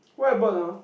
what happened ah